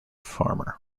farmer